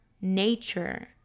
nature